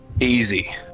easy